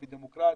בדמוקרטיה,